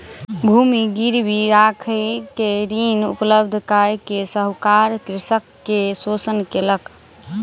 भूमि गिरवी राइख के ऋण उपलब्ध कय के साहूकार कृषक के शोषण केलक